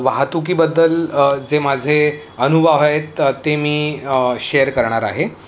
वाहतुकीबद्दल जे माझे अनुभव आहेत ते मी शेअर करणार आहे